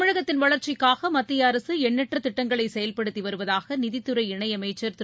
தமிழகத்தின் வளர்ச்சிக்காக மத்திய அரசு எண்ணற்ற திட்டங்களை செயல்படுத்தி வருவதாக நிதித்துறை இணையமைச்சர் திரு